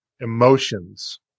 emotions